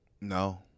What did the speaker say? No